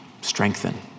strengthen